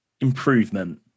Improvement